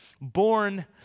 Born